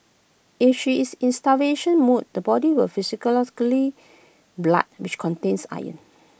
if she is in starvation mode the body will physiologically blood which contains iron